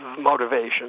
motivation